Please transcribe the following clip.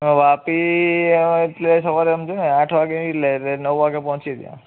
વાપી હવે એટલે સવારે સમજોને આઠ વાગે નઇ એટલે નવ વાગે પહોંચીએ ત્યાં